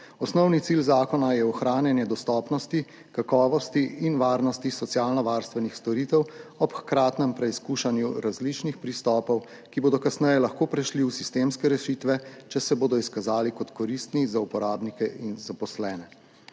Osnovni cilj zakona je ohranjanje dostopnosti, kakovosti in varnosti socialnovarstvenih storitev ob hkratnem preizkušanju različnih pristopov, ki bodo kasneje lahko prešli v sistemske rešitve, če se bodo izkazali kot koristni za uporabnike in zaposlene.